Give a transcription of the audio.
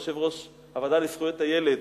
יושב-ראש הוועדה לזכויות הילד,